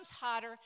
hotter